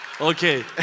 okay